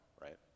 right